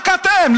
רק אתם.